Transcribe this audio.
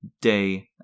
day